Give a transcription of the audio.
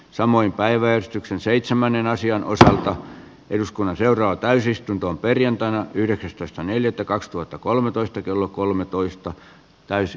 samoin päiväystyksen seitsemännen asian osalta eduskunnan seuraa täysistuntoon perjantaina yhdeksästoista se tulisi kyllä käsitellyksi myös eduskunnassa